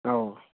ꯑꯧ